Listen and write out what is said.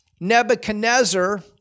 Nebuchadnezzar